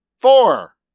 four